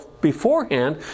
beforehand